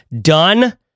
done